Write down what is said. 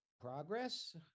progress